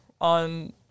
on